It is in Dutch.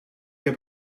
heb